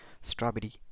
Strawberry